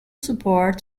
support